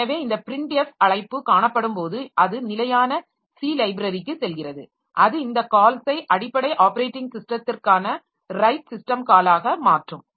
எனவே இந்த printf அழைப்பு காணப்படும்போது அது நிலையான C லைப்ரரிக்கு செல்கிறது இது இந்த கால்ஸை அடிப்படை ஆப்பரேட்டிங் ஸிஸ்டத்திற்கான ரைட் சிஸ்டம் காலாக மாற்றும்